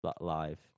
live